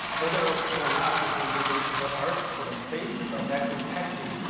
whether or not we're gonna use it in the earth or the space, the vacuum packaging,